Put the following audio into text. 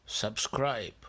Subscribe